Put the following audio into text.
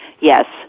Yes